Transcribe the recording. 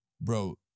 bro